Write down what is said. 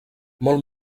molt